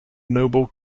noble